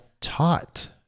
taught